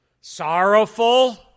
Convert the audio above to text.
sorrowful